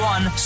One